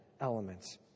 elements